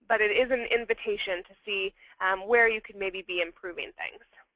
but it is an invitation to see where you could maybe be improving things.